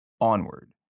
onward